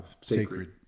sacred